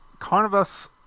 Carnivus